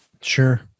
Sure